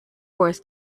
wars